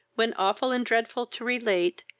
when, awful and dreadful to relate,